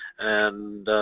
and